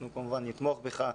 אנחנו כמובן נתמוך בך.